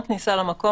למקום,